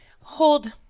Hold